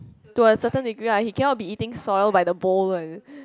to a certain degree ah he cannot be eating soil by the bowl eh